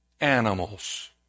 animals